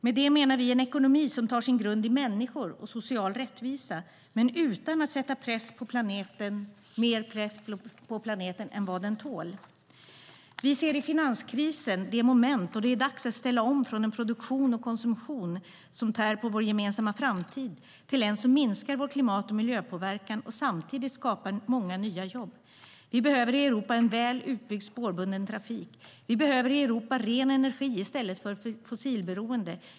Med det menar vi en ekonomi som tar sin grund i människor och social rättvisa men utan att sätta mer press på planeten än vad den tål. Vi ser i finanskrisen det moment då det är dags att ställa om från en produktion och konsumtion som tär på vår gemensamma framtid till en som minskar vår klimat och miljöpåverkan och samtidigt skapar många nya jobb. Vi behöver i Europa en väl utbyggd spårbunden trafik. Vi behöver i Europa ren energi i stället för fossilberoende.